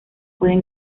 pueden